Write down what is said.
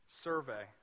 survey